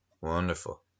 Wonderful